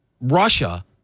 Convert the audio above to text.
Russia